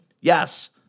Yes